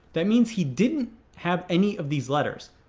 that means he didn't have any of these letters.